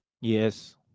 Yes